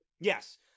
Yes